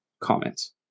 comments